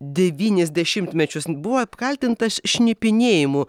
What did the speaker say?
devynis dešimtmečius buvo apkaltintas šnipinėjimu